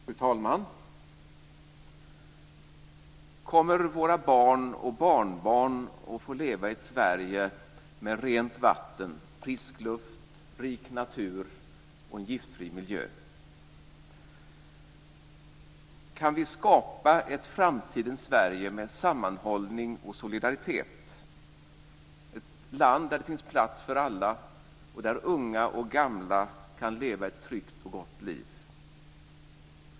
Fru talman! Kommer våra barn och barnbarn att få leva i ett Sverige med rent vatten, frisk luft, rik natur och en giftfri miljö? Kan vi skapa ett framtidens Sverige med sammanhållning och solidaritet, ett land där det finns plats för alla, och där unga och gamla kan leva ett tryggt och gott liv?